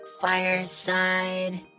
fireside